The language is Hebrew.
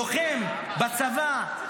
לוחם בצבא,